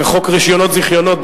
זה חוק רשיונות זיכיונות,